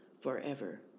forever